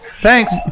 Thanks